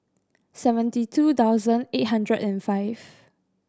seventy two thousand eight hundred and five